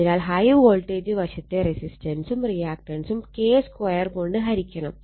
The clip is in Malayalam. അതിനാൽ ഹൈ വോൾട്ടേജ് വശത്തെ റെസിസ്റ്റൻസും റിയാക്റ്റൻസും K2 കൊണ്ട് ഹരിക്കണം